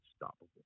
unstoppable